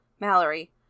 Mallory